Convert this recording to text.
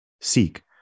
seek